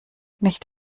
nicht